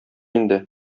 инде